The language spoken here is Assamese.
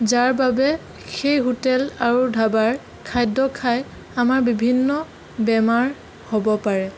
যাৰবাবে সেই হোটেল আৰু ধাবাৰ খাদ্য খাই আমাৰ বিভিন্ন বেমাৰ হ'ব পাৰে